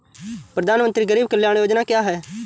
प्रधानमंत्री गरीब कल्याण योजना क्या है?